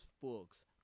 books